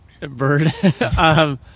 bird